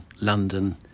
London